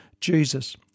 Jesus